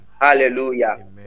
hallelujah